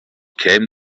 came